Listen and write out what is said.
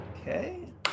Okay